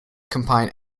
combine